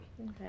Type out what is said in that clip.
Okay